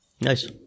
Nice